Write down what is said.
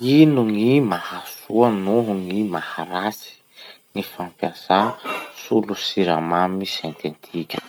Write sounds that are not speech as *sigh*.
Ino gny mahasoa noho gny maharatsy gny fampiasà *noise* solon-tsiramamy sentetika?